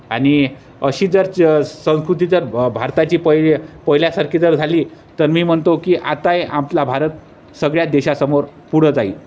आणि अशी जर च संस्कृती जर भारताची पहि पहिल्यासारखी जर झाली तर मी म्हणतो की आता आपला भारत सगळ्या देशासमोर पुढं जाईल